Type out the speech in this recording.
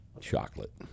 Chocolate